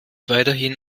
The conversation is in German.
weiterhin